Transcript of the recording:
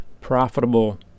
profitable